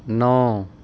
ਨੌਂ